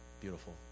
beautiful